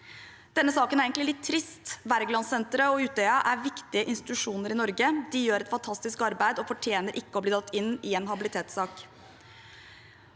Denne saken er egentlig litt trist. Wergelandsenteret og Utøya AS er viktige institusjoner i Norge. De gjør et fantastisk arbeid og fortjener ikke å bli dratt inn i en habilitetssak.